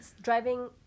driving